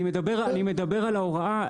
אני מדבר על ההוראה,